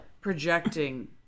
projecting